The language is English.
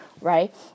right